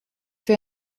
für